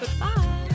goodbye